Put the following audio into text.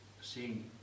seeing